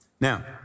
Now